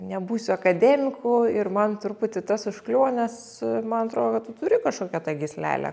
nebūsiu akademiku ir man truputį tas užkliuvo nes man atrodo tu turi kažkokią tą gyslelę